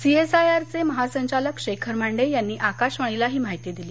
सीएसआयआरचे महासंचालक शेखर मांडे यांनी आकाशवाणीला ही माहिती दिली